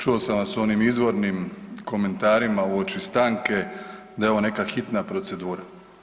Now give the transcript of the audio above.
Čuo sam vas u onim izvornim komentarima uoči stanke, da je ovo neka hitna procedura.